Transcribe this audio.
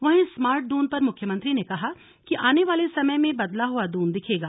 वहीं स्मार्ट दून पर मुख्यमंत्री ने कहा कि आने वाले समय में बदला हुआ दून दिखेगा